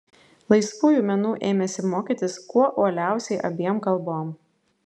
laisvųjų menų ėmėsi mokytis kuo uoliausiai abiem kalbom